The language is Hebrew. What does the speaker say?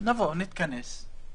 נבוא, נתכנס.